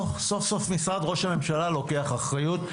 סוף סוף משרד ראש הממשלה לוקח אחריות,